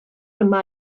yma